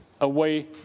away